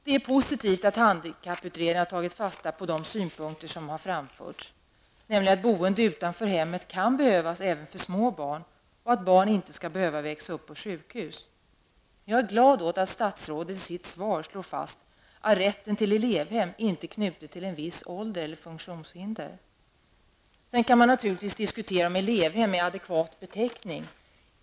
Det är positivt att handikapputredningen har tagit fasta på de synpunkter som har framförts, nämligen att boende utanför hemmet kan behövas även för små barn och att barn inte skall behöva växa upp på sjukhus. Jag är glad över att statsrådet i sitt svar slår fast att rätten till att bo elevhem inte är knuten till en viss ålder eller till ett visst funktionshinder. Det kan naturligtvis diskuteras om ''elevhem'' är en adekvat beteckning.